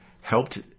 helped